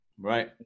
Right